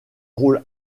rôle